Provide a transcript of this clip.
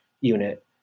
unit